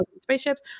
Spaceships